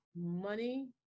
money